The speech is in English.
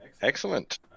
Excellent